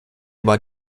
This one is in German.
war